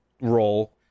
role